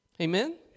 Amen